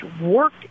work